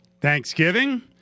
Thanksgiving